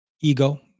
Ego